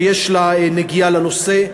שיש לה נגיעה לנושא,